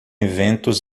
eventos